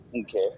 Okay